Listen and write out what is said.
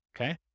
Okay